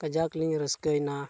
ᱠᱟᱡᱟᱠ ᱞᱤᱧ ᱨᱟᱹᱥᱠᱟᱹᱭᱮᱱᱟ